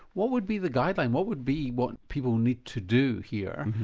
what would be the guideline, what would be what people need to do here,